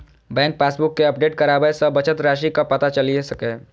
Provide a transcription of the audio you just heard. bank passbook कें update कराबय सं बचत राशिक पता चलि सकैए